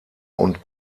und